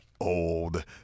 old